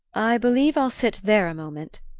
i believe i'll sit there a moment,